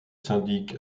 syndic